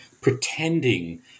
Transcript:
pretending